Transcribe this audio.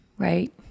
right